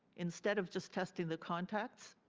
instead of just testing the contacts,